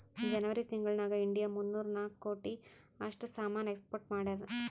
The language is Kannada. ಜನೆವರಿ ತಿಂಗುಳ್ ನಾಗ್ ಇಂಡಿಯಾ ಮೂನ್ನೂರಾ ನಾಕ್ ಕೋಟಿ ಅಷ್ಟ್ ಸಾಮಾನ್ ಎಕ್ಸ್ಪೋರ್ಟ್ ಮಾಡ್ಯಾದ್